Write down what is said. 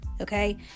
okay